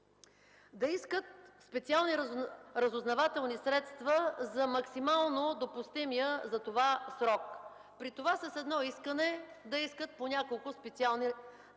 да искат специални разузнавателни средства за максимално допустимия за това срок, при това с едно искане да искат по няколко специални